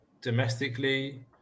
domestically